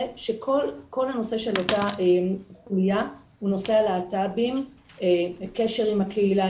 שכל הנושא של פגיעה בנושא הלהט"בים וקשר עם הקהילה,